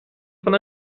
von